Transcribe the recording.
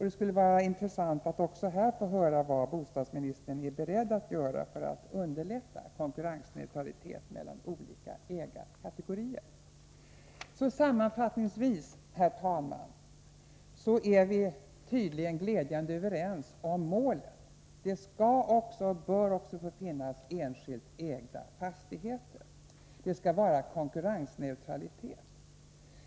Det skulle vara intressant att här höra vad bostadsministern är beredd att göra för att underlätta konkurrensneutraliteten mellan olika ägarkategorier i det avseendet. Sammanfattningsvis, herr talman, kan jag konstatera att vi är glädjande överens om målet. Det bör finnas också enskilt ägda fastigheter. Det skall finnas konkurrensneutralitet.